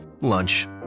Lunch